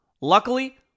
Luckily